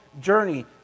journey